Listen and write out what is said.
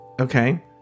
Okay